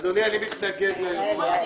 אדוני, אני מתנגד ליוזמה.